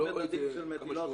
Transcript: יש מדדים של מטילות,